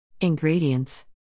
Ingredients